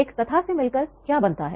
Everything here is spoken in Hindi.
एक कथा से मिलकर क्या बनता है